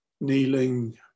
kneeling